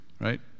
right